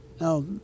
Now